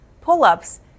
pull-ups